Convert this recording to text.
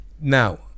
Now